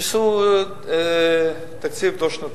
עשו תקציב דו-שנתי.